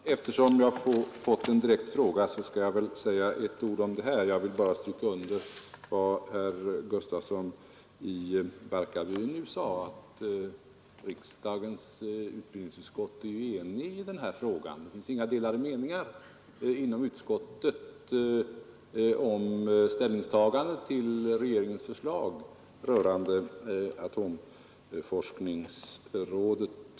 Herr talman! Eftersom jag har fått direkta frågor skall jag väl säga några ord på den här punkten. Jag vill först stryka under vad herr Gustafsson i Barkarby nu sade: Riksdagens utbildningsutskott är enigt i den här frågan. Det finns inga delade meningar inom utskottet om ställningstagandet till regeringens förslag rörande atomforskningsrådet.